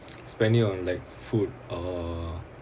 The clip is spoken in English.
spending on like food or